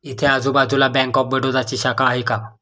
इथे आजूबाजूला bank of बडोदाची शाखा आहे का?